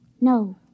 No